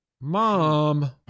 Mom